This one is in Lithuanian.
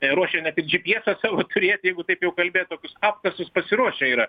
ruošia net ir džipiesą savo turėt jeigu taip jau kalbėt tokius apkasus pasiruošę yra